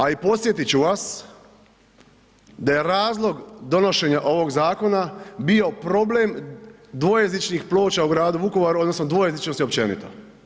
A i podsjetit ću vas da je razlog donošenja ovog zakona bio problem dvojezičnih ploča u gradu Vukovaru odnosno dvojezičnosti općenito.